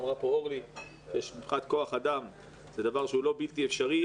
אמרה כאן אורלי שיש כוח אדם וזה דבר שהוא לא בלתי אפשרי.